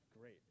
great